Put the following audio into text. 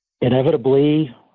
inevitably